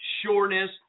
sureness